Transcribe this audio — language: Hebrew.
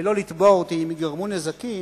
ולא לתבוע אותי אם ייגרמו נזקים.